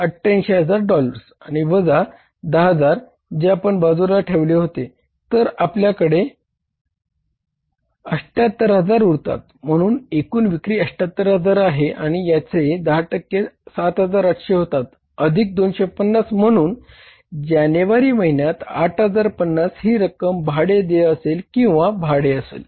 88000 dollars आणि वजा 10000 जे आपण बाजूला ठेवलेले होते तर आपल्याकडे 78000 उरतात म्हणून एकूण विक्री 78000 आहे आणि याचे 10 टक्के 7800 होतात अधिक 250 म्हणून जानेवारी महिन्यात 8050 ही रक्कम भाडे देय असेल किंवा भाडे असेल